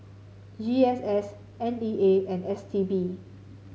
G S S N E A and S T B